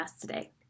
today